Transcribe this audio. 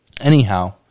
Anyhow